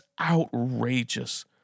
outrageous